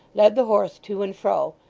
led the horse to and fro,